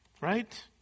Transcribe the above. Right